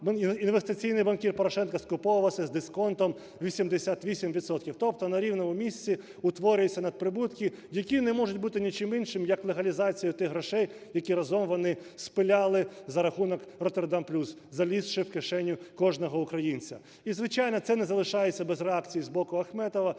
інвестиційний банкір Порошенко скуповувався з дисконтом 88 відсотків. Тобто на рівному місці утворюються надприбутки, які не можуть бути нічим іншим, як легалізацією тих грошей, які разом вони спиляли за рахунок "Роттердам плюс", залізши в кишеню кожного українця. І, звичайно, це не залишається без реакції з боку Ахметова.